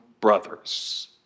brothers